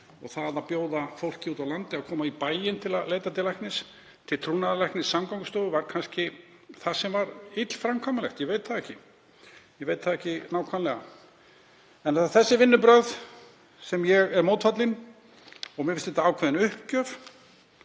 Það að bjóða fólki úti á landi að koma í bæinn til að leita til trúnaðarlæknis Samgöngustofu var kannski það sem var illframkvæmanlegt, ég veit það ekki. Ég veit það ekki nákvæmlega. En það eru þessi vinnubrögð sem ég er mótfallinn og mér finnst það ákveðin uppgjöf